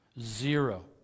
Zero